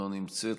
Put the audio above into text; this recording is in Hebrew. לא נמצאת,